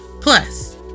Plus